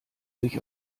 sich